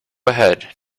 ahead